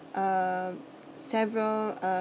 um several uh